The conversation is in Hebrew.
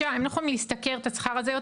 מפני שהם לא מוכנים להשתכר ככה יותר.